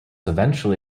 eventually